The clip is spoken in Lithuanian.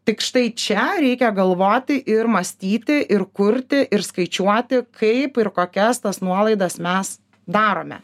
tik štai čia reikia galvoti ir mąstyti ir kurti ir skaičiuoti kaip ir kokias tas nuolaidas mes darome